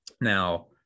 Now